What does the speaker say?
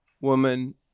woman